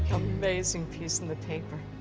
amazing piece in the paper.